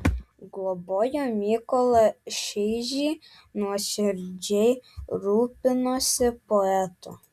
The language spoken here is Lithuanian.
globojo mykolą šeižį nuoširdžiai rūpinosi poetu